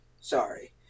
sorry